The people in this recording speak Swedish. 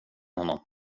honom